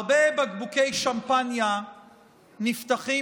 הרבה בקבוקי שמפניה נפתחים